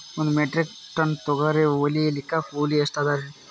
ಒಂದ್ metric ton ತೊಗರಿ ಹೋಯಿಲಿಕ್ಕ ಕೂಲಿ ಎಷ್ಟ ಅದರೀ?